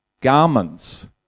garments